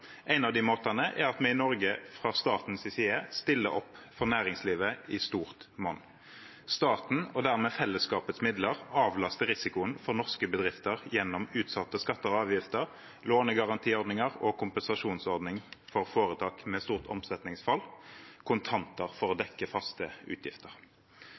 av de måtene er at vi i Norge fra statens side stiller opp for næringslivet i stort monn. Staten, og dermed fellesskapets midler, avlaster risikoen for norske bedrifter gjennom utsatte skatter og avgifter, lånegarantiordninger, kompensasjonsordninger for foretak med stort omsetningsfall og kontanter for å dekke faste utgifter.